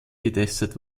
getestet